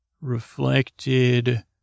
reflected